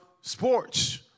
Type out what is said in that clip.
Sports